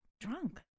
drunk